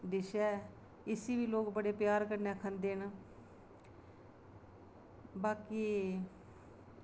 dish ऐ इसी बी लोग बड़े प्यार कन्नै खंदे न बाकी